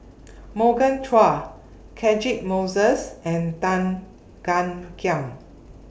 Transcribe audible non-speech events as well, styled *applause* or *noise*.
*noise* Morgan Chua Catchick Moses and Tan Gan Kiam